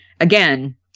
Again